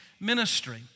ministry